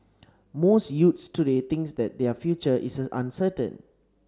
most youths today thinks that their future is uncertain